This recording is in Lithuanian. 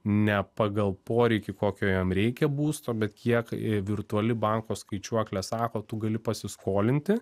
ne pagal poreikį kokio jam reikia būsto bet kiek ė virtuali banko skaičiuoklė sako tu gali pasiskolinti